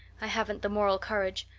i haven't the moral courage.